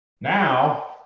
now